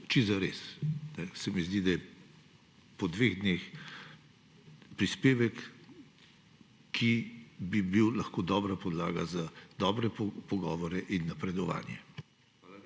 Čisto zares, ker se mi zdi, da je po dveh dneh prispevek, ki bi lahko bil dobra podlaga za dobre pogovore in napredovanje.